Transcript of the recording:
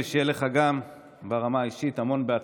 ושיהיה לך גם ברמה האישית המון בהצלחה.